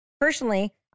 Personally